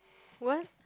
what